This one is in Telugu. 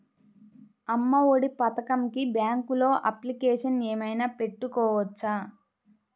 అమ్మ ఒడి పథకంకి బ్యాంకులో అప్లికేషన్ ఏమైనా పెట్టుకోవచ్చా?